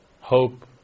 hope